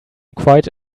quite